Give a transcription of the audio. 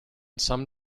some